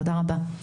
תודה רבה.